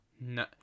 No